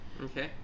Okay